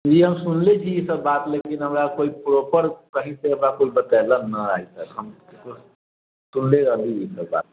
जी हम सुनले छी ईसब बात लेकिन हमरा कोइ प्रोपर सही से हमरा कोइ बतेलक न ई बात सब हम केकरो सँ सुनले रहली ईसब बात